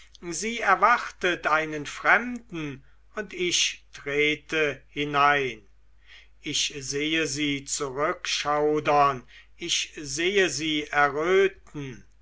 sie erwartet einen fremden und ich trete hinein ich sehe sie zurückschaudern ich sehe sie erröten